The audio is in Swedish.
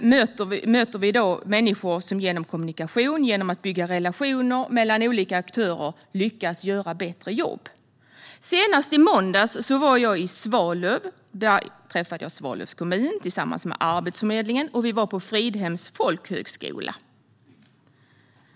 möter vi i dag människor som genom kommunikation och genom att bygga relationer mellan olika aktörer lyckas göra ett bättre jobb. Senast i måndags var jag i Svalöv. Där träffade jag Svalövs kommun tillsammans med Arbetsförmedlingen. Vi var på Fridhems folkhögskola.